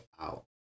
out